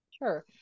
Sure